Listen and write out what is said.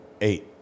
eight